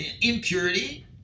impurity